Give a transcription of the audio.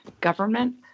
government